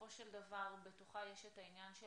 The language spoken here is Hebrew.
שבסופו של דבר בתוכה יש את העניין של